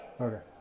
okay